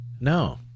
No